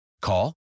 Call